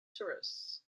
tourists